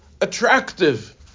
attractive